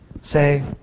say